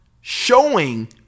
showing